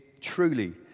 truly